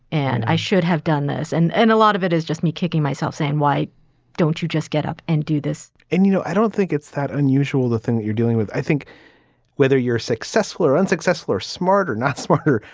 and i should have done this and and a lot of it is just me kicking myself saying, why don't you just get up and do this? and, you know, i don't think it's that unusual, the thing that you're dealing with. i think whether you're successful or unsuccessful or smart or not, smarter,